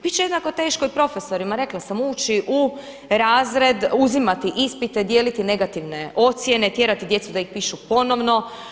Bit će jednako teško i profesorima rekla sam ući u razred, uzimati ispite, dijeliti negativne ocjene, tjerati djecu da ih pišu ponovno.